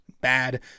bad